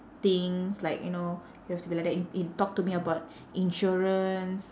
things like you know you have to be like that in in talk to me about insurance